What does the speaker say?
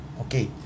okay